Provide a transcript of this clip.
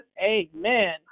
Amen